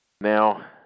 Now